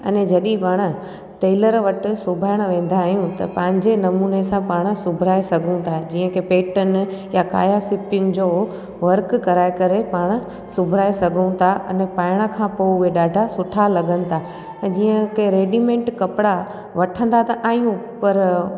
अने जॾहिं पाण टेलर वटि सिबाइण वेंदा आहियूं त पंहिंजे नमूने सां पाण सिबाराइ सघूं था जीअं की पैटर्न या काया सिपयुनि जो वर्क कराए करे पाण सिबाराइ सघूं था अने पाइण खां पोइ उहे ॾाढा सुठा लॻनि था जीअं की रेडीमेड कपिड़ा वठंदा त आहियूं पर